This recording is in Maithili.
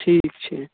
ठीक छै